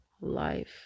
life